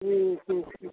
ம் ம் ம்